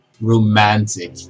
romantic